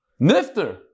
Nifter